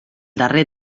darrer